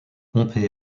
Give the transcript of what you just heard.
pompée